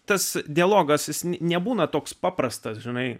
tas dialogas nebūna toks paprastas žinai